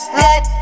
let